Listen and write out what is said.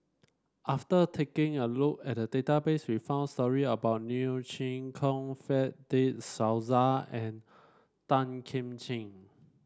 after taking a look at the database we found story about Neo Chwee Kok Fred De Souza and Tan Kim Ching